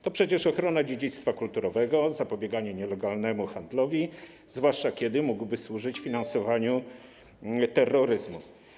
To przecież ochrona dziedzictwa kulturowego, zapobieganie nielegalnemu handlowi, zwłaszcza że mógłby służyć finansowaniu terroryzmu.